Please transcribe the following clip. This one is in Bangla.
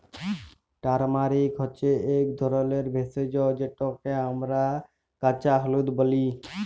টারমারিক হছে ইক ধরলের ভেষজ যেটকে আমরা কাঁচা হলুদ ব্যলি